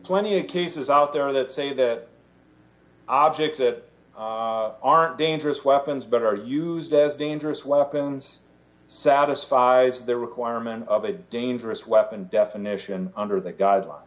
plenty of cases out there that say that objects that aren't dangerous weapons but are used as dangerous weapons satisfies the requirement of a dangerous weapon definition under the